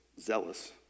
zealous